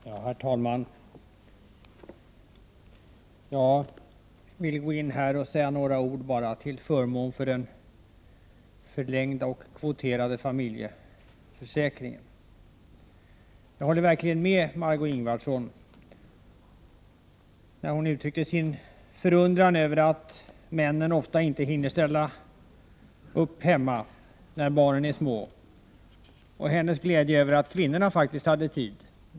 Herr talman! Jag vill säga några ord till förmån för den förlängda och kvoterade föräldraförsäkringen. Jag håller verkligen med Margö Ingvardsson, när hon uttrycker sin förundran över att männen ofta inte hinner ställa upp hemma när barnen är små och hennes glädje över att kvinnorna faktiskt hade tid.